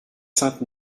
sainte